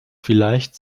vielleicht